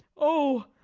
oh,